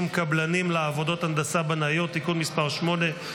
קבלנים לעבודות הנדסה בנאיות (תיקון מס' 8),